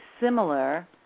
similar